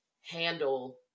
handle